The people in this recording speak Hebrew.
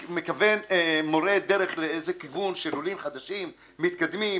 הוא מורה דרך לכיוון של לולים חדשים מתקדמים,